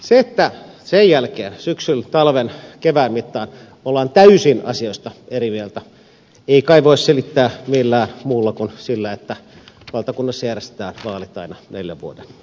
sitä että sen jälkeen syksyn talven kevään mittaan ollaan asioista täysin eri mieltä ei kai voi selittää millään muulla kuin sillä että valtakunnassa järjestetään vaalit aina neljän vuoden välein